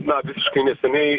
na visiškai neseniai